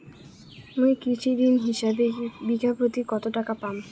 মুই কৃষি ঋণ হিসাবে বিঘা প্রতি কতো টাকা পাম?